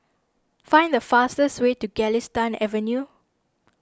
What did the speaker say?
find the fastest way to Galistan Avenue